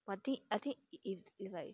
but I think I think is like